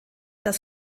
das